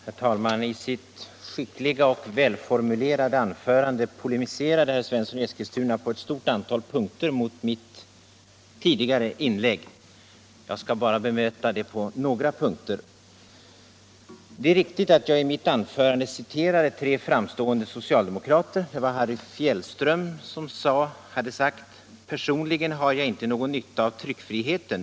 Herr talman! I sitt skickliga och välformulerade anförande polemiserade herr Svensson i Eskilstuna på ett stort antal punkter emot mitt tidigare inlägg. Jag skall bara bemöta honom på några punkter. Det är riktigt att jag i mitt anförande citerade tre framstående socialdemokrater. Det var Harry Fjällström, som hade sagt: ”Personligen har jag inte någon nytta av tryckfriheten.